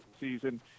season